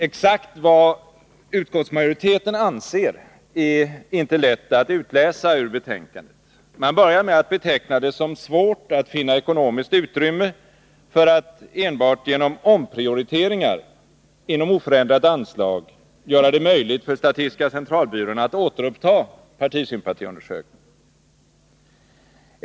Exakt vad utskottsmajoriteten anser är inte lätt att utläsa ur betänkandet. Man börjar med att beteckna det som svårt att finna ekonomiskt utrymme för att enbart genom omprioriteringar inom oförändrat anslag göra det möjligt för statistiska centralbyrån att återuppta partisympatiundersökningarna.